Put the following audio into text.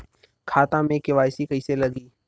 खाता में के.वाइ.सी कइसे लगी?